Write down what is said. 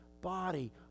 body